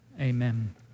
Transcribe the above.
amen